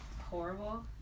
horrible